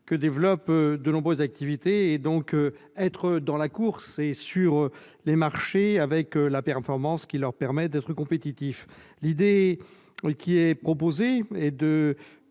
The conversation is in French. que développent de nombreuses activités, et être dans la course et sur les marchés, avec la performance permettant d'être compétitif. L'idée proposée au